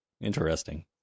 Interesting